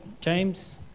James